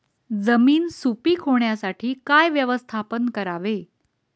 जमीन सुपीक होण्यासाठी काय व्यवस्थापन करावे?